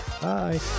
Bye